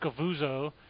Scavuzzo